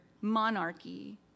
monarchy